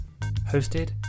Hosted